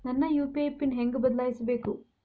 ನನ್ನ UPI PIN ಹೆಂಗ್ ಬದ್ಲಾಯಿಸ್ಬೇಕು?